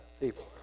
people